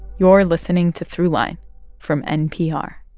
you're listening to throughline from npr